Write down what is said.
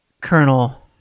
Colonel